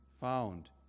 found